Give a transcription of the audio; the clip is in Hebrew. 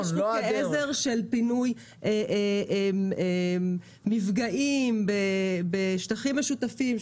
יש חוקי עזר של פינוי מפגעים בשטחים משותפים,